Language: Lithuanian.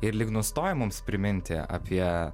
ir lyg nustoja mums priminti apie